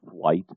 flight